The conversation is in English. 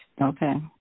Okay